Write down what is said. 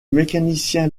mécanicien